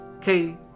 Katie